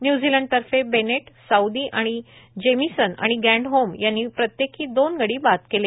न्यूझीलंडतर्फे Bennett Southee Jamieson आणि Grandhomme यांनी प्रत्येकी दोन गडी बाद केले